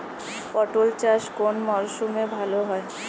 পটল চাষ কোন মরশুমে ভাল হয়?